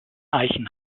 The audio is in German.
eichen